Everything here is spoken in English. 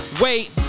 wait